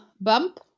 bump